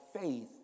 faith